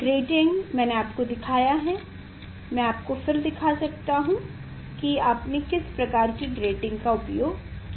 grating मैंने आपको दिखाया है मैं आपको फिर दिखा सकता हूं कि आपने किस प्रकार की ग्रेटिंग का उपयोग किया है